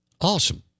Awesome